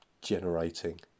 generating